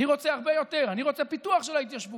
אני רוצה הרבה יותר, אני רוצה פיתוח של ההתיישבות.